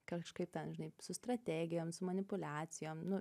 kažkaip ten žinai su strategijom su manipuliacijom nu